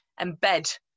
embed